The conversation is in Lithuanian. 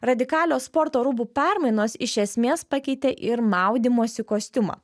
radikalios sporto rūbų permainos iš esmės pakeitė ir maudymosi kostiumą